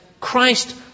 Christ